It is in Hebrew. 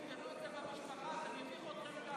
תפתרו את זה במשפחה, זה מביך גם אתכם.